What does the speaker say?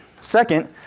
Second